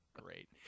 Great